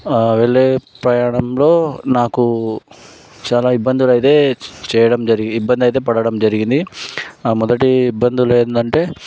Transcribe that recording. ఆ వెళ్ళే ప్రయాణంలో నాకు చాలా ఇబ్బందలు అదే చేయడం ఇబ్బంది అయితే పడడం జరిగింది ఆ మొదటి ఇబ్బందలు ఏంటంటే